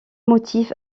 motif